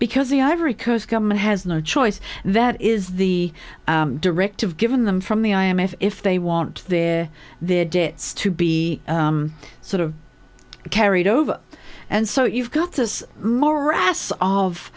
because the ivory coast government has no choice that is the directive given them from the i m f if they want their their debts to be sort of carried over and so you've got this morass of